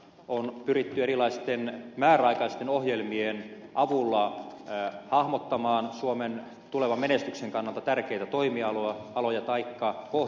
on pyritty erilaisten määräaikaisten ohjelmien avulla hahmottamaan suomen tulevan menestyksen kannalta tärkeitä toimialoja taikka kohdemaita